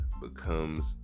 becomes